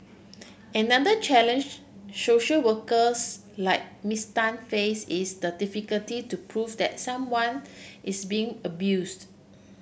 another challenge social workers like Miss Tan face is the difficulty to prove that someone is being abused